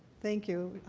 thank you.